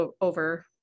over